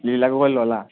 লীলা গগৈৰ ল'লা